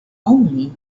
only